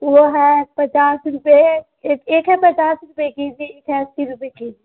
वह है पचास रूपये है एक एक है पचास रूपये की एक है अस्सी रूपये की